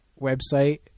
website